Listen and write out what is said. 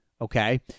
Okay